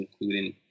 including